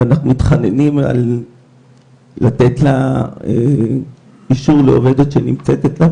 ואנחנו מתחננים לתת לה אישור לעובדת שנמצאת אצלה,